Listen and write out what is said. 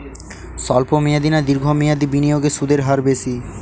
স্বল্প মেয়াদী না দীর্ঘ মেয়াদী বিনিয়োগে সুদের হার বেশী?